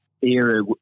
era